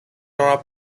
are